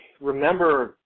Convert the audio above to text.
remember